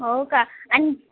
हो का आणि